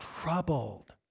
troubled